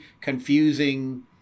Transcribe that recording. confusing